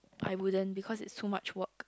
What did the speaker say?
I wouldn't because it's too much work